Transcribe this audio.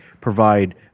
provide